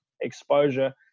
exposure